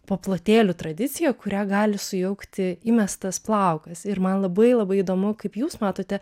paplotėlių tradiciją kurią gali sujaukti įmestas plaukas ir man labai labai įdomu kaip jūs matote